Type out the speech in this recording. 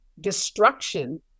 destruction